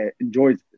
enjoyed